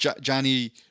johnny